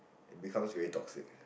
it becomes very toxic